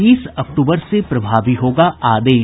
तीस अक्टूबर से प्रभावी होगा आदेश